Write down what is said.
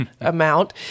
amount